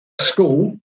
school